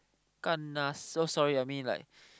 kanna so sorry I mean like